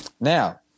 Now